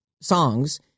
songs